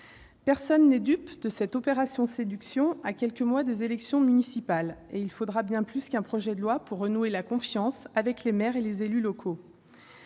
Personne n'est dupe de cette « opération séduction » lancée à quelques mois des élections municipales, et il faudra bien plus qu'un projet de loi pour renouer la confiance avec les maires et les élus locaux.